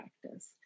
practice